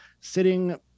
sitting